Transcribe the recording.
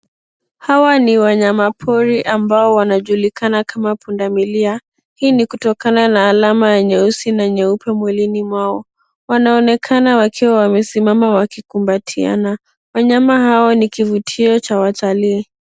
Hawa ni wanyama pori ambao wanajulikana kama pundamilia. Hii ni kutokana na alama nyeusina nyeupe mwilini mwao. wanaonekana wakiwa wamesimama wakikumbatiana. Wanyama hao ni kivutio cha watalii.